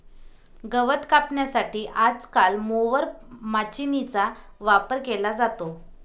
गवत कापण्यासाठी आजकाल मोवर माचीनीचा वापर केला जातो